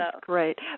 great